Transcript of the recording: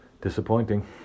disappointing